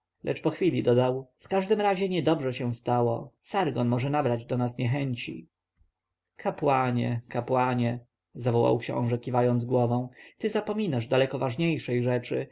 lecz po chwili dodał w każdym razie niedobrze się stało sargon może nabrać do nas niechęci kapłanie kapłanie zawołał książę kiwając głową ty zapominasz daleko ważniejszej rzeczy